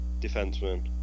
defenseman